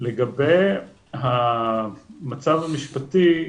לגבי המצב המשפטי,